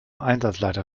einsatzleiter